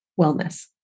wellness